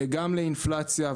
גם לאינפלציה,